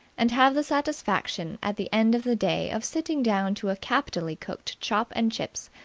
and have the satisfaction at the end of the day of sitting down to a capitally cooked chop and chips,